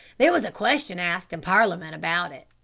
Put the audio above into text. there was a question asked in parliament about it.